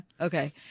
Okay